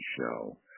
show